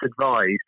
advised